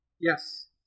yes